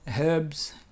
herbs